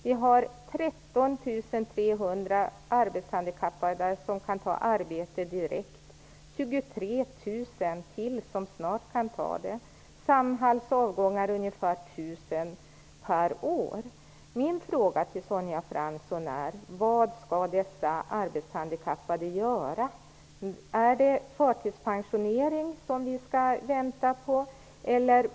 Vi har 13 300 arbetshandikappade som direkt kan ta arbete och ytterligare 23 000 som snart kan ta det. Avgången från Samhall är ungefär 1 000 per år. Min fråga till Sonja Fransson är: Vad skall dessa arbetshandikappade göra? Är det förtidspensionering vi skall vänta på?